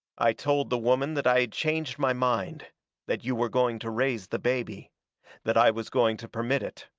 i told the woman that i had changed my mind that you were going to raise the baby that i was going to permit it.